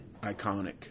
iconic